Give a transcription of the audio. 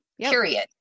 period